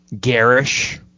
garish